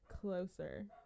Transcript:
closer